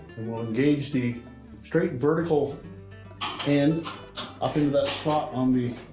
we'll engage the straight vertical and up into that slot on the